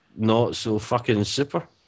not-so-fucking-super